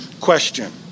question